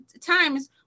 times